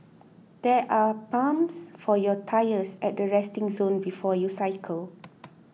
there are pumps for your tyres at the resting zone before you cycle